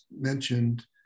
mentioned